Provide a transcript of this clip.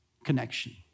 Connection